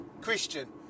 Christian